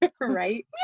right